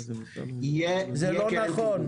יהיה --- זה לא נכון.